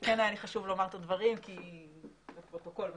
כן היה לי חשוב לומר את הדברים כי יש כאן פרוטוקול.